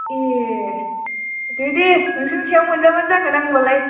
ए दे दे नोंसोरनि सायाव मोनजाबानो जागोन आं होनबालाय